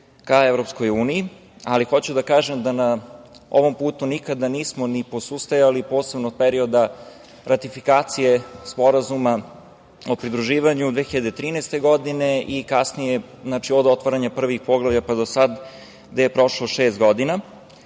našem putu ka EU.Hoću da kažem da na ovom putu nikada nismo ni posustajali, posebno od perioda ratifikacije Sporazuma o pridruživanju 2013. godine i kasnije od otvaranja prvih poglavlja pa do sada, gde je prošlo šest godina.